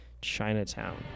chinatown